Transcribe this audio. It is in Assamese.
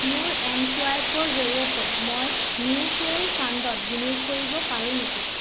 মোৰ এম চুৱাইপৰ জৰিয়তে মই মিউচুৱেল ফাণ্ডত বিনিয়োগ কৰিব পাৰোঁ নেকি